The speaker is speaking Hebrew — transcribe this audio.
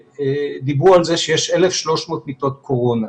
דיברו על זה שיש 1,300 מיטות קורונה.